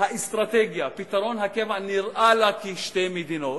שהאסטרטגיה פתרון הקבע נראה לה כשתי מדינות,